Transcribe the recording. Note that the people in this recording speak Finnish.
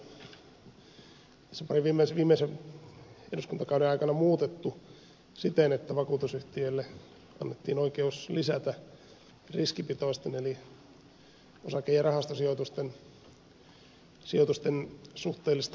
mustajärvi täällä totesi niin yhden kerran täällä on lakia tässä parin viimeisen eduskuntakauden aikana muutettu siten että vakuutusyhtiöille annettiin oikeus lisätä riskipitoisten eli osake ja rahastosijoitusten suhteellista osuutta